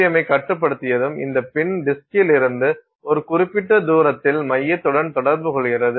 எம்ஐக் கட்டுப்படுத்தியதும் இந்த பின் டிஸ்கில் இருந்து ஒரு குறிப்பிட்ட தூரத்தில் மையத்துடன் தொடர்பு கொள்கிறது